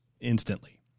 instantly